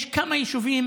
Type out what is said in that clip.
יש כמה יישובים